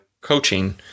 coaching